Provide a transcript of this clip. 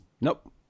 Nope